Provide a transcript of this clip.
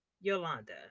Yolanda